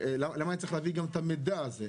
למה אני צריך לתת גם את המידע הזה.